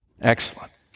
Excellent